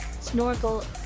Snorkel